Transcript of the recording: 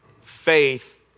faith